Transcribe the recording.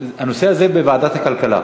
הנושא הזה בוועדת הכלכלה.